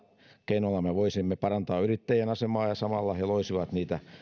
keinolla me voisimme parantaa yrittäjien asemaa ja samalla he loisivat niitä